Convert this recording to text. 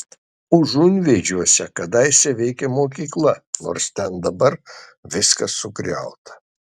užunvėžiuose kadaise veikė mokykla nors ten dabar viskas sugriauta